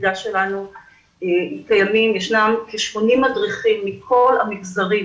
שביחידה שלנו יש כ-80 מדריכים מכל המגזרים